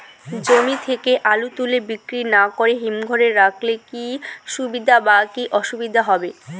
জমি থেকে আলু তুলে বিক্রি না করে হিমঘরে রাখলে কী সুবিধা বা কী অসুবিধা হবে?